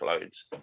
loads